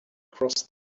crossed